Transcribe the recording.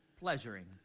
pleasuring